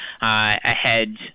ahead